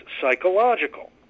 psychological